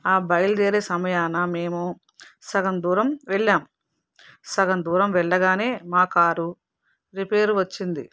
ఆ బయలుదేరే సమయాన మేము సగం దూరం వెళ్ళాము సగం దూరం వెళ్లగానే మా కారు రిపేర్ వచ్చింది